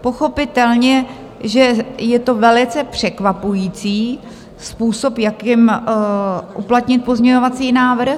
Pochopitelně že je to velice překvapující způsob, jakým uplatnit pozměňovací návrh.